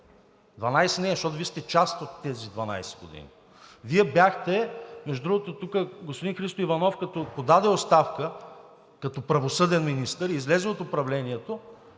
12 не е, защото Вие сте част от тези 12 години. Между другото, тук господин Христо Иванов, като подаде оставка като правосъден министър, излезе от управлението